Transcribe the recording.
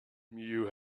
you